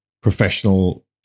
professional